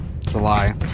July